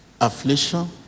affliction